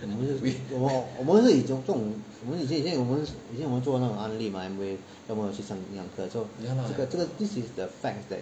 我们是我们是这种我们是以前我们是以前我们做那种 Amway then 我们有去上课 this is the fact that